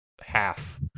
half